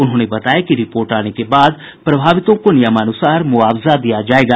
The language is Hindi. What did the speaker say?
उन्होंने बताया कि रिपोर्ट आने के बाद प्रभावितों को नियमानुसार मुआवजा दिया जायेगा